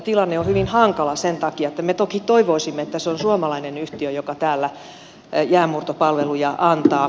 tilanne on hyvin hankala sen takia että me toki toivoisimme että se on suomalainen yhtiö joka täällä jäänmurtopalveluja antaa